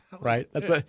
right